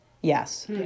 Yes